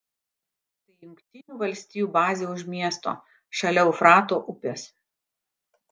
tai jungtinių valstijų bazė už miesto šalia eufrato upės